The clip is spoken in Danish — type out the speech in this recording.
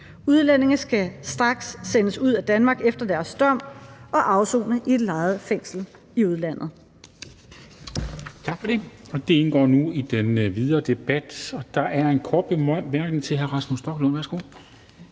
Udlændinge skal straks sendes ud af Danmark efter deres dom og afsone i et lejet fængsel i udlandet.«